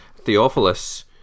Theophilus